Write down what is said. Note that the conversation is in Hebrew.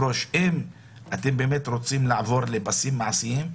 אם אתם רוצים לעבור לפסים מעשיים,